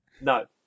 no